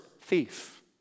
thief